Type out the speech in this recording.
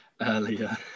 earlier